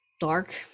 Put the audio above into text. dark